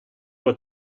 will